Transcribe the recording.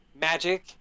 magic